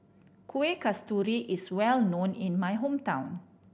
Kueh Kasturi is well known in my hometown